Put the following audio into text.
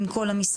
עם כל המשרדים.